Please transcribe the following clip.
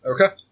Okay